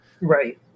Right